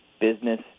business